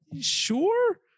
sure